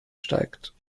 steigt